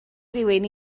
rywun